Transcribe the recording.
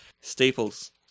Staples